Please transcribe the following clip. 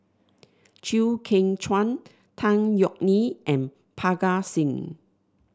Chew Kheng Chuan Tan Yeok Nee and Parga Singh